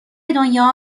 دنیا